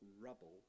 rubble